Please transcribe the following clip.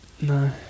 No